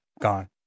gone